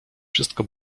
wszystko